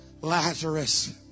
Lazarus